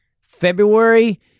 February